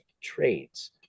trades